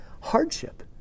Hardship